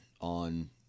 on